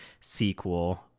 sequel